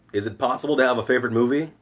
is it possible to have a favourite movie?